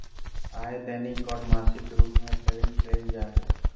आय दैनिक और मासिक रूप में तय कइल जा हइ